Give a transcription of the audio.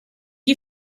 you